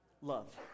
love